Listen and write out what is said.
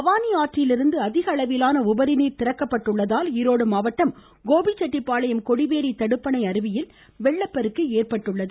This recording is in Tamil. பவானி ஆற்றிலிருந்து அதிகளவிலான உபரிநீர் திறக்கப்பட்டுள்ளதால் ஈரோடு மாவட்டம் கோபிச்செட்டிப்பாளையம் கொடிவேரி தடுப்பணை அருவியில் வெள்ளப்பெருக்கு ஏற்பட்டுள்ளது